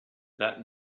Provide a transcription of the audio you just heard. that